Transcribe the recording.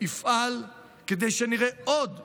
אפעל כדי שנראה עוד מוסלמים,